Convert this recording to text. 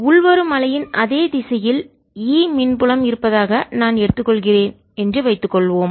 உள்வரும் அலையின் அதே திசையில் E மின் புலம் இருப்பதாக நான் எடுத்துக் கொள்கிறேன் என்று வைத்துக்கொள்வோம்